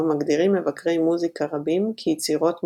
מגדירים מבקרי מוזיקה רבים כיצירות מופת.